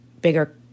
bigger